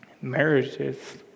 marriages